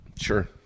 Sure